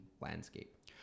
landscape